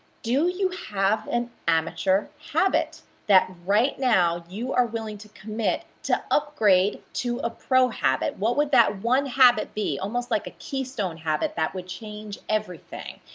do you have an amateur habit that right now you are willing to commit to upgrade to a pro habit? what would that one habit be? almost like a keystone habit that would change everything.